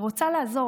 היא רוצה לעזור,